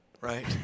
right